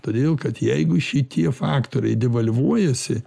todėl kad jeigu šitie faktoriai devalvuojasi